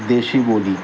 देशी बोली